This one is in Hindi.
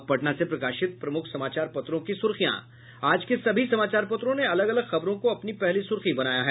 अब पटना से प्रकाशित प्रमुख समाचार पत्रों की सुर्खियां आज के सभी समाचार पत्रों ने अलग अलग खबरों को अपनी पहली सुर्खी बनाया है